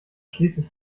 schließlich